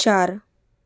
चार